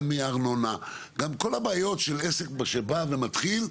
גם מהארנונה וכל הבעיות של עסק מתחיל.